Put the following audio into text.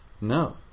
no